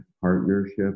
partnership